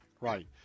Right